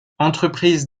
entreprises